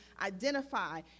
identify